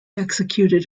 executed